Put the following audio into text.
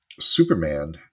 Superman